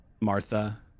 Martha